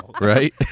Right